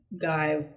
guy